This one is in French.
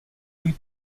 louis